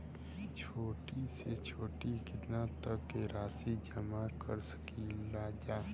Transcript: छोटी से छोटी कितना तक के राशि जमा कर सकीलाजा?